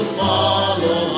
follow